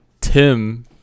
tim